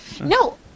No